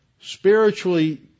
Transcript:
Spiritually